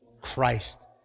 Christ